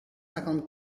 cinquante